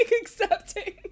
accepting